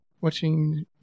watching